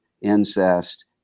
incest